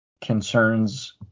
concerns